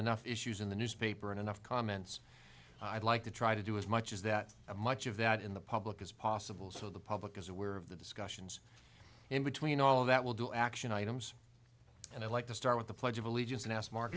enough issues in the newspaper and enough comments i'd like to try to do as much as that much of that in the public as possible so the public is aware of the discussions in between all of that will do action items and i'd like to start with the pledge of allegiance